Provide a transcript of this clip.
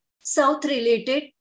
south-related